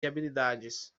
habilidades